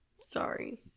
sorry